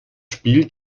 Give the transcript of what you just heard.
spiel